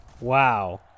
Wow